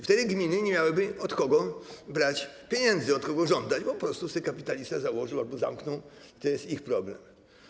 Wtedy gminy nie miałyby od kogo brać pieniędzy, od kogo żądać, bo po prostu sobie kapitalista założył, albo zamknął - to jest ich problem.